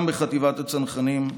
גם בחטיבת הצנחנים,